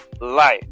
life